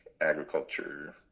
agriculture